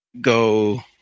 go